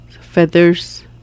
Feathers